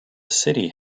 city